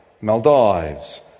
Maldives